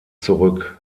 zurück